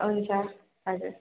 हुन्छ हजुर